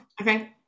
okay